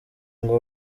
ngo